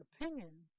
opinion